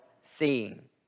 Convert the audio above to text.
seeing